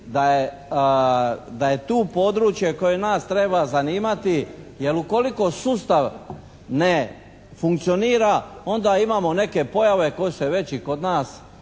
da je tu područje koje nas treba zanimati. Jer ukoliko sustav ne funkcionira onda imamo neke pojave koje se već i kod nas